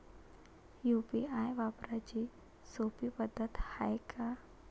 UPI वापराची सोपी पद्धत हाय का?